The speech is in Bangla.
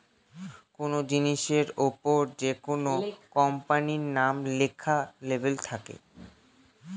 কোনো জিনিসের ওপর যেকোনো কোম্পানির নাম লেখা লেবেল থাকে